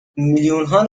میلیونها